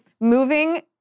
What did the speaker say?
moving